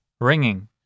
ringing